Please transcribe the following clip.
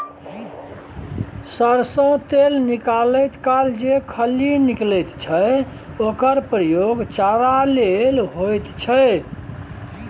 सरिसों तेल निकालैत काल जे खली निकलैत छै ओकर प्रयोग चारा लेल होइत छै